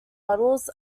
models